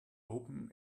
open